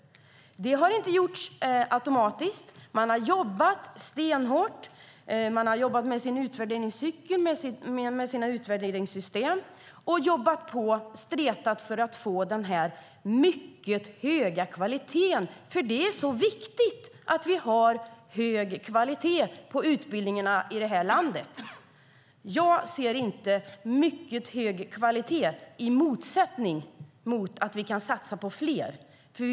Det har inte skett automatiskt. Man har jobbat stenhårt med sin utvärderingscykel, sina utvärderingssystem, och stretat på för att få den mycket höga kvaliteten. Det är viktigt att vi har hög kvalitet på utbildningarna i det här landet. Jag anser inte att mycket hög kvalitet står i motsatsställning till satsningar på fler platser.